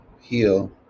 heal